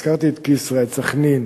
הזכרתי את כסרא, את סח'נין.